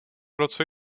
roce